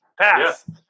Pass